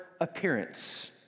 appearance